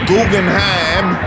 Guggenheim